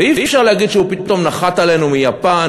אי-אפשר להגיד שהוא פתאום נחת אצלנו מיפן,